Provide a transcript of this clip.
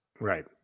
right